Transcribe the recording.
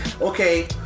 okay